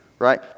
right